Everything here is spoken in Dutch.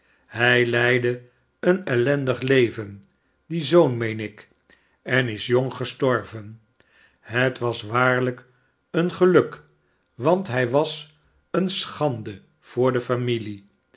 hij leidde een ellendig leven die zoon meen ik en is jong gestorven het was waarlijk een geluk want hij was eene schande voor de familie